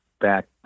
back